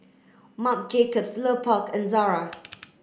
Marc Jacobs Lupark and Zara